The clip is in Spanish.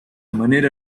manera